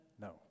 No